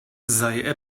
sei